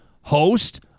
host